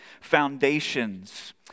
Foundations